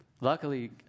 luckily